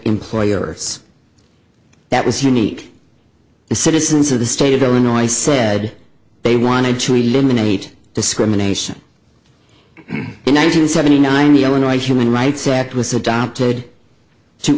employers that was unique the citizens of the state of illinois said they wanted to eliminate discrimination in nine hundred seventy nine the owner a human rights act was adopted to